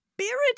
Spirit